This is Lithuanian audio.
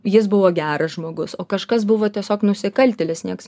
jis buvo geras žmogus o kažkas buvo tiesiog nusikaltėlis nieks